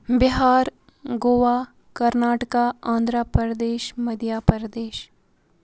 Bihar Goa Karnataka Andhra Pradesh Madhya Pradesh